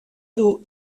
dur